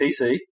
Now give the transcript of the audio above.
PC